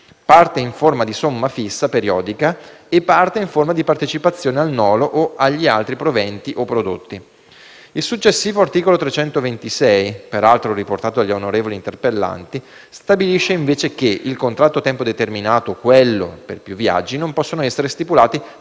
parte in forma di somma fissa periodica e parte in forma di partecipazione al nolo o agli altri proventi o prodotti». Il successivo articolo 326, peraltro riportato dagli onorevoli interpellanti, stabilisce invece che: «Il contratto a tempo determinato e quello per più viaggi non possono essere stipulati